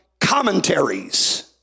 commentaries